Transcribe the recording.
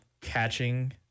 catching